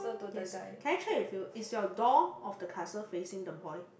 yes can I check with you is your door of the castle facing the boy